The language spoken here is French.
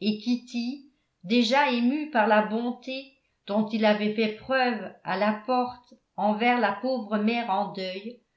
et kitty déjà émue par la bonté dont il avait fait preuve à la porte envers la pauvre mère en deuil